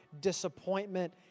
disappointment